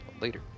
Later